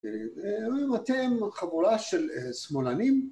אומרים: אתם חבורה של שמאלנים